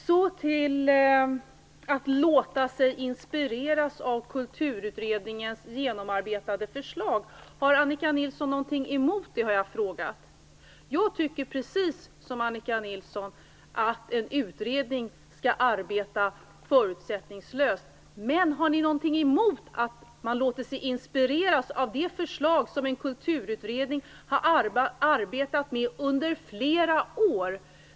Jag frågade om Annika Nilsson har något emot att man låter sig inspireras av Kulturutredningens genomarbetade förslag. Jag tycker, precis som Annika Nilsson, att en utredning skall arbeta förutsättningslöst. Men har ni någonting emot att man låter sig inspireras av det förslag som en kulturutredning har arbetat med under flera år?